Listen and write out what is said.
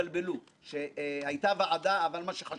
אני מכיר ואני מציע לך אחרי הרבה שנים